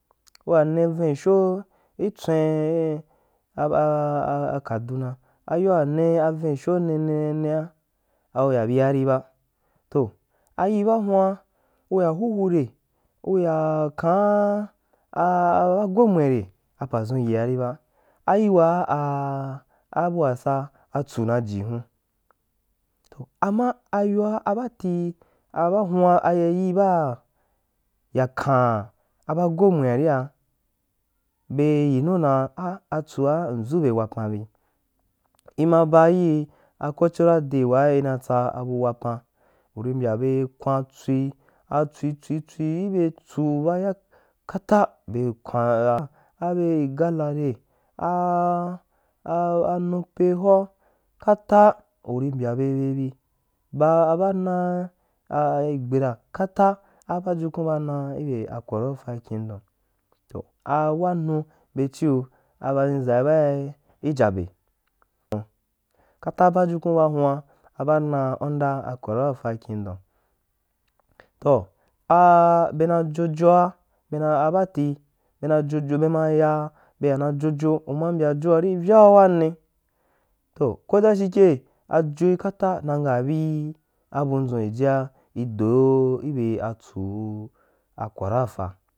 U ya ne vensho itswen a kaduna, ayoa uya ne vensho nene nenea uya bia riba toh ayi baahuan ko ku ya buhu re nyakan a-aba gomwe re, apa dʒun yiariba ayuwa a abua tsa atsu naji hun, ama ayoa abaati abahuan aye yii baa ya kan aba gomwearia bel yinu dan ah atsua mdʒube wapan bi i ma ba yii a kocho ra day waa ina tsa bu wapan uri mbya be kwantswi tswi tswi tswi ibe tsu ba ya kata bel kwan ya abe igala re, a a nupe hoa kata uri mbya bea behbi ba aba na a, igbira kata apajukun ba aha be korofa kingdom a wranu be chri a beʒhin sai baan ape, toh kata pajukun baa hua a baa na under koro rofa king dom toha a bena jojia bena abaati be na jojo be ma yaa be yo najojo uma mbya joari i vyau wanne, toh ko da shikye yoi kata na ngaa bei abudʒun jijia ido na ngaa bei abudʒun jijia ido ibe atsu u a kwararfa.